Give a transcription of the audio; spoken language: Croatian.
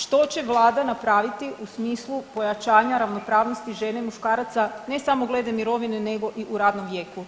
Što će Vlada napraviti u smislu pojačanja ravnopravnosti žene i muškaraca, ne samo glede mirovine nego i u radnom vijeku.